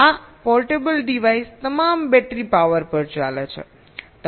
આ portable device તમામ battery power પર ચાલે છે